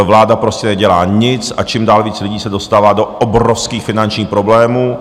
Vláda prostě nedělá nic a čím dál víc lidí se dostává do obrovských finančních problémů.